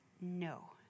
no